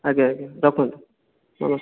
ଆଜ୍ଞା ଆଜ୍ଞା ରଖନ୍ତୁ ନମସ୍କର